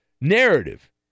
narrative